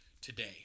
today